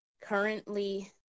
currently